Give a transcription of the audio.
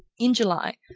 in july,